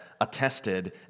attested